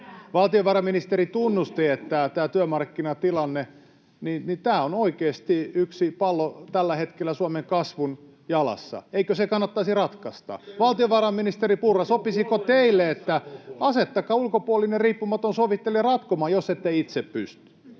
Valtiovarainministeri tunnusti, että tämä työmarkkinatilanne on oikeasti tällä hetkellä yksi pallo Suomen kasvun jalassa. Eikö se kannattaisi ratkaista? Valtiovarainministeri Purra, sopisiko teille, että asetetaan ulkopuolinen riippumaton sovittelija ratkomaan, jos ette itse pysty?